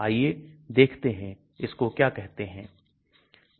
आइए देखते हैं इसको क्या होता है